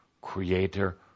Creator